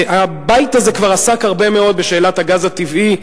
אני רוצה לומר שהבית הזה כבר עסק הרבה מאוד בשאלת הגז הטבעי,